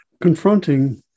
confronting